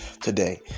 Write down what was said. today